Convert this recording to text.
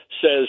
says